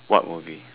what movie